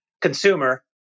consumer